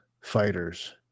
fighters